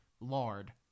lard